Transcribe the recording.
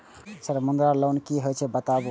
Sir Mudra loan की हे छे बताबू?